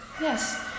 yes